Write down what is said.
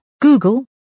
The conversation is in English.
Google